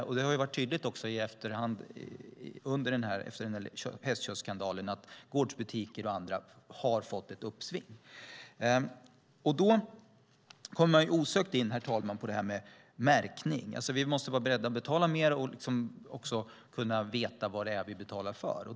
Det har också varit tydligt under och efter hästköttsskandalen att gårdsbutiker och andra har fått ett uppsving. Jag kommer då in på märkningen. Vi måste vara beredda att betala mer och kunna veta vad det är vi betalar för.